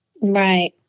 Right